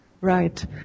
Right